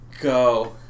go